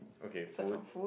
okay food